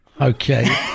Okay